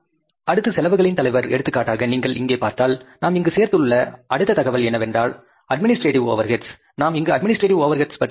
அடுத்து செலவுகளின் தலைவர் எடுத்துக்காட்டாக நீங்கள் இங்கே பார்த்தால் நாம் இங்கு சேர்த்துள்ள அடுத்த தகவல் என்னவென்றால் அட்மின்ஸ்டரேட்டிவ் ஓவர்ஹெட்ஸ் நாம் இங்கு அட்மின்ஸ்டரேட்டிவ் ஓவர்ஹெட்ஸ் பற்றி பேசினால்